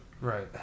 Right